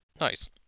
nice